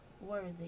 worthy